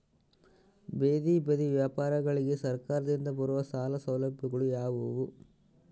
ಬೇದಿ ಬದಿ ವ್ಯಾಪಾರಗಳಿಗೆ ಸರಕಾರದಿಂದ ಬರುವ ಸಾಲ ಸೌಲಭ್ಯಗಳು ಯಾವುವು?